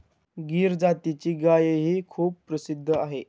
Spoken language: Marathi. गीर जातीची गायही खूप प्रसिद्ध आहे